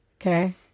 Okay